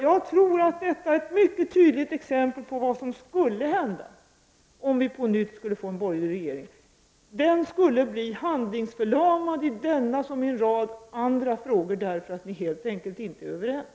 Jag tror att detta är ett mycket tydligt exempel på vad som skulle hända om vi på nytt skulle få en borgerlig regering. Den skulle bli handlingsförlamad i denna fråga, liksom i en rad andra frågor, eftersom man helt enkelt inte är överens.